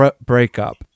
breakup